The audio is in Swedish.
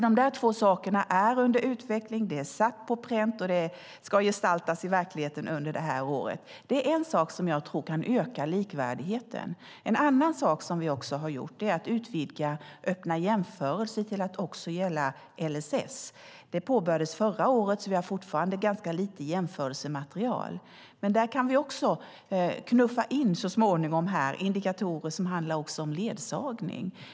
Dessa två saker är under utveckling, satt på pränt och ska gestaltas i verkligheten under året. Detta är något som jag tror kan öka likvärdigheten. En annan sak som vi har gjort är att vi utvidgat öppna jämförelser till att också gälla LSS. Det påbörjades förra året, så vi har fortfarande ganska lite jämförelsematerial. Men där kan vi så småningom knuffa in indikatorer som också handlar om ledsagning.